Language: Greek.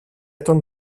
τον